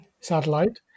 satellite